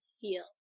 feel